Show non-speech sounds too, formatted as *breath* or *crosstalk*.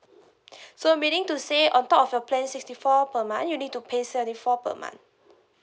*breath* so meaning to say on top of your plan sixty four per month you need to pay seventy four per month